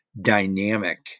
dynamic